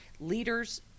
leaders